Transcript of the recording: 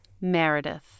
Meredith